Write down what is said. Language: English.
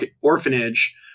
orphanage